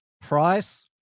price